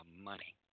money